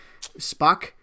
Spock